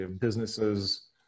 businesses